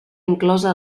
inclosa